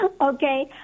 Okay